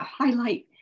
highlight